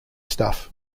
stuff